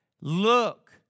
Look